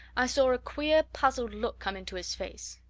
i saw a queer, puzzled look come into his face.